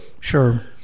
sure